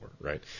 Right